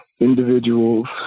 individuals